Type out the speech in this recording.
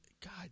God